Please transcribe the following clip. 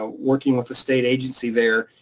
ah working with a state agency there,